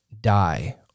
die